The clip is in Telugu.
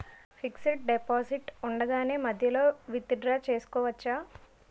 ఫిక్సడ్ డెపోసిట్ ఉండగానే మధ్యలో విత్ డ్రా చేసుకోవచ్చా?